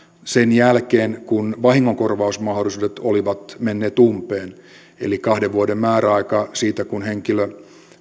sen jälkeen kun vahingonkorvausmahdollisuudet olivat menneet umpeen eli kahden vuoden määräaika siitä kun henkilö